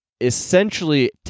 essentially